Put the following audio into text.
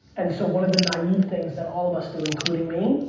and so one of the naive things that all of us do, including me,